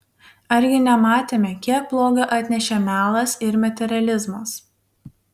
argi nematėme kiek blogio atnešė melas ir materializmas